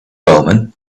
wellman